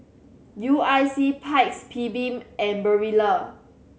U I C Paik's and Barilla